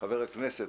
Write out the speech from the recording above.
חבר הכנסת,